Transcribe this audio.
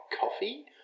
coffee